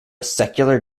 secular